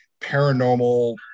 paranormal